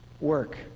work